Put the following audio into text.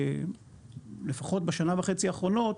לפחות בשנה וחצי האחרונות,